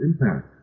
impact